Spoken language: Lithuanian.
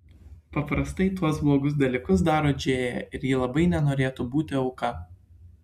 paprastai tuos blogus dalykus daro džėja ir ji labai nenorėtų būti auka